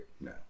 No